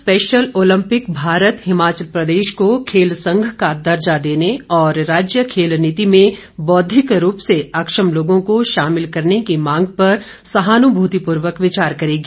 special Olympic राज्य सरकार Special Olympic Bharat Himachal Pradesh को खेल संघ का दर्जा देने और राज्य खेल नीति में बौद्धिक रूप से अक्षम लोगों को शामिल करने के मांग पर सहानुभूतिपूर्वक विचार करेगी